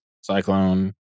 Cyclone